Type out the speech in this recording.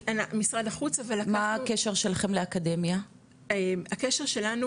משרד החוץ ולקחנו -- מה הקשר שלכם לאקדמיה?